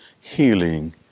healing